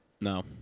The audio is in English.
No